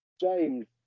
James